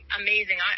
amazing